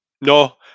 No